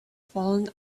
fallen